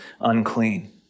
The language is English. unclean